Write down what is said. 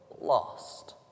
lost